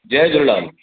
Jay Jhulelal